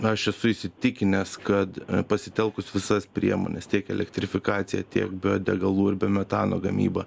aš esu įsitikinęs kad pasitelkus visas priemones tiek elektrifikaciją tiek biodegalų ir biometano gamybą